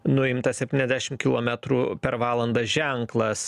nuimta septyniasdešim kilometrų per valandą ženklas